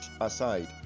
aside